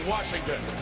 Washington